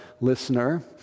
listener